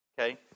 Okay